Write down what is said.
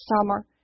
summer